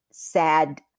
sad